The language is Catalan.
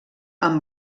amb